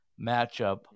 matchup